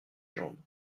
jambe